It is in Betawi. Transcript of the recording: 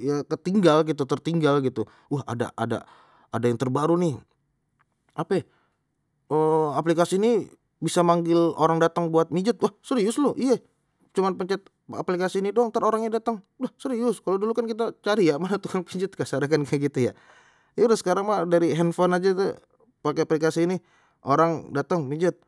Ya ketinggal gitu tertinggal gitu, wah ada ada ada yang terbaru nih, ape, oh aplikasi ni bisa manggil orang datang buat mijit, wah serius lu iye cuman pencet aplikasi ini doang ntar orangnya datang, lah serius kalau dulu kan kita cari ya, mana tukang pijit kasarnya kan kayak gitu ya, terus sekarang mah dari handphone aja tu pakai aplikasi ini orang datang mijit